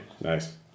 Nice